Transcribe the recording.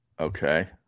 Okay